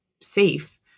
safe